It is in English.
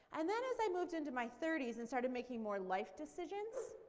and then as i moved into my thirty s and started making more life decisions,